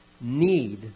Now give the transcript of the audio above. Need